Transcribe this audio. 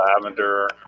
lavender